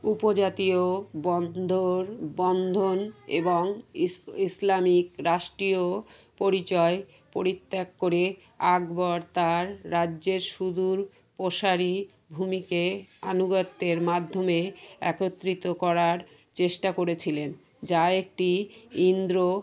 উপজাতীয় বন্ধর বন্ধন এবং ইস ইসলামিক রাষ্ট্রীয় পরিচয় পরত্যাগ করে আকবর তার রাজ্যের সুদূর প্রসারী ভূমিকে আনুগত্বের মাধ্যমে একত্রিত করার চেষ্টা করেছিলেন যা একটি ইন্দো